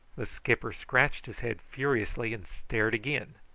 the skipper scratched his head furiously, and stared again.